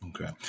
Okay